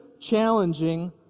challenging